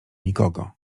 nikogo